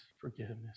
forgiveness